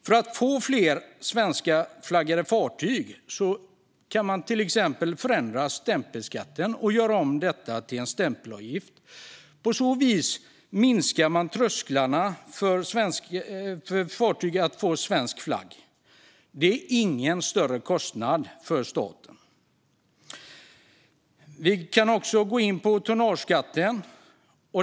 För att få fler svenskflaggade fartyg kan man till exempel förändra stämpelskatten och göra om den till en stämpelavgift. På så vis sänker man trösklarna för att få svensk flagg för ett fartyg. Det skulle inte vara någon större kostnad för staten. Vi kan också gå in på tonnageskatten.